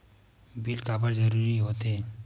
Bill काबर जरूरी होथे?